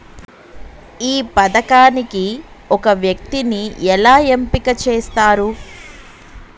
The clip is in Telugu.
ఈ పథకానికి ఒక వ్యక్తిని ఎలా ఎంపిక చేస్తారు?